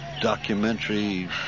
documentary